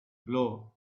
blow